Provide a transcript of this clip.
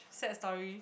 sad story